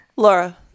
Laura